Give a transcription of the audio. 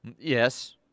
Yes